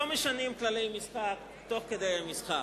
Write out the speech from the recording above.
שלא משנים כללי משחק תוך כדי המשחק.